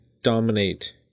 dominate